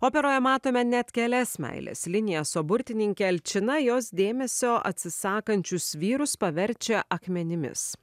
operoje matome net kelias meilės linijas o burtininkė alčina jos dėmesio atsisakančius vyrus paverčia akmenimis